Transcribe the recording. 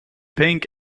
pink